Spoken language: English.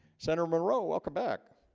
senator munroe welcome back